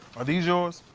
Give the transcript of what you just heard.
are these yours?